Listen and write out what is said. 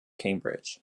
cambridge